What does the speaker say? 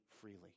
freely